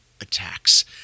attacks